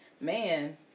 Man